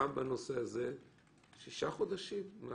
אני